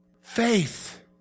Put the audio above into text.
Faith